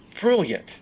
brilliant